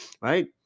right